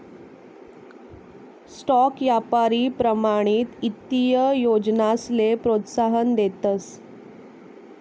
stock यापारी प्रमाणित ईत्तीय योजनासले प्रोत्साहन देतस